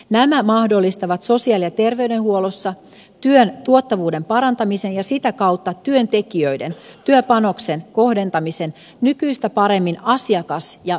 nämä mahdollistavat sosiaali ja terveydenhuollossa työn tuottavuuden parantamisen ja sitä kautta työntekijöiden työpanoksen kohdentamisen nykyistä paremmin asiakas ja potilastyöhön